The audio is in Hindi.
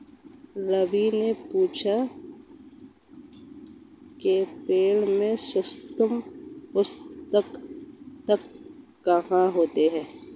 रवि ने पूछा कि पेड़ में सूक्ष्म पोषक तत्व कहाँ होते हैं?